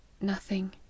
Nothing